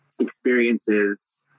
experiences